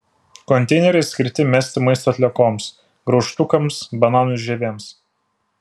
konteineriai skirti mesti maisto atliekoms graužtukams bananų žievėms